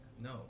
No